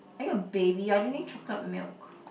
are you a baby you are drinking chocolate milk